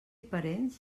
parents